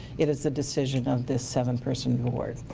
it is a decision of this seven-person board.